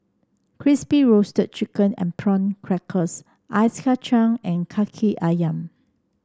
Crispy Roasted Chicken and Prawn Crackers Ice Kachang and kaki ayam